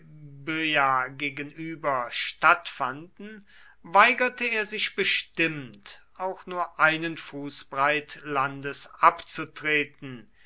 gegenüber stattfanden weigerte er sich bestimmt auch nur einen fußbreit landes abzutreten